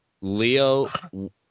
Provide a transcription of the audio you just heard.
Leo